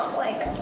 like,